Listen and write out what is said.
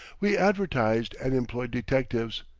we advertised and employed detectives,